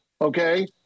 Okay